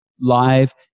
live